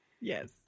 Yes